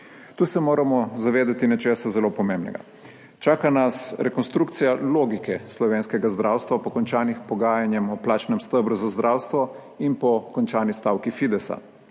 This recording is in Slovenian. Tu se moramo zavedati nečesa zelo pomembnega – čaka nas rekonstrukcija logike slovenskega zdravstva po končanih pogajanjih o plačnem stebru za zdravstvo in po končani stavki Fidesa.